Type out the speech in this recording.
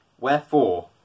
Wherefore